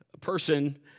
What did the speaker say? person